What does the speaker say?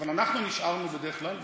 אבל אנחנו נשארנו בדרך כלל,